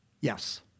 Yes